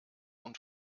und